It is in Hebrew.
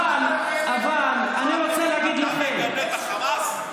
אבל אני רוצה להגיד לכם, אתה מגנה את חמאס?